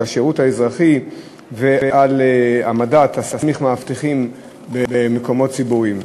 על השירות האזרחי ועל העמדת מאבטחים במקומות ציבוריים.